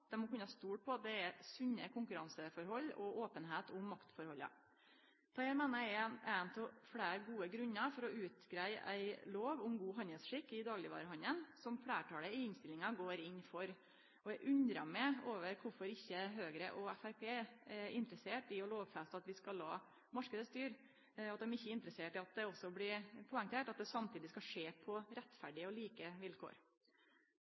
dei må kunne stole på at det er sunne konkurranseforhold og openheit om maktforholda. Dette meiner eg er ein av fleire gode grunnar for å greie ut ei lov om god handelsskikk i daglegvarehandelen, som fleirtalet i innstillinga går inn for. Eg undrar meg over kvifor ikkje Høgre og Framstegspartiet er interesserte i å lovfeste at vi skal late marknaden styre, og kvifor dei ikkje er interesserte i at det også blir poengtert at det samtidig skal skje på rettferdige og like vilkår.